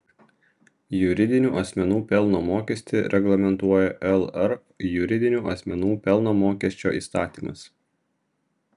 juridinių asmenų pelno mokestį reglamentuoja lr juridinių asmenų pelno mokesčio įstatymas